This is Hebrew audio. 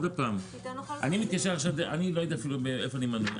אני לא יודע איפה אני מנוי.